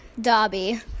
Dobby